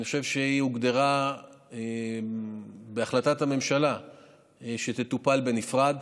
אני חושב שהוגדר בהחלטת הממשלה שהיא תטופל בנפרד.